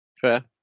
Fair